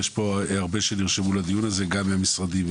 יש הרבה שנרשמו לדיון הזה גם ממשרדים,